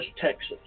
Texas